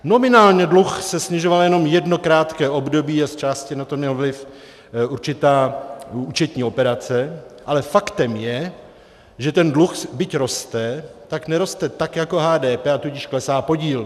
Nominálně dluh se snižoval jenom jedno krátké období a zčásti na to měla vliv určitá účetní operace, ale faktem je, že dluh byť roste, tak neroste tak jako HDP, a tudíž klesá podíl.